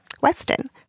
Weston